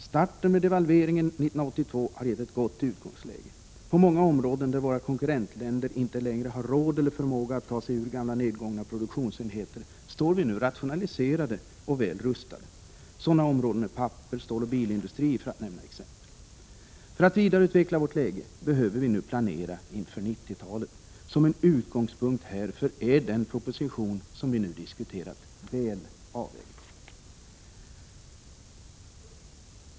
Starten med devalveringen 1982 har gett ett gott utgångsläge. På många områden, där våra konkurrentländer inte längre har råd eller förmåga att ta sig ur gamla nedgångna produktionsenheter, står vi nu rationaliserade och väl rustade. Sådana områden är pappers, ståloch bilindustrin, för att nämna några exempel. För att vidareutveckla vårt läge behöver vi nu planera inför 90-talet. Som en utgångspunkt härför är den proposition som vi nu diskuterar väl avvägd.